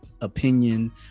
opinion